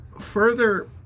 further